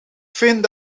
vind